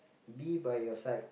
be by your side